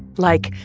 like,